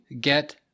get